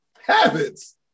habits